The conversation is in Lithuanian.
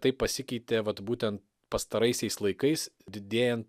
tai pasikeitė vat būten pastaraisiais laikais didėjant